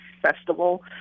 festival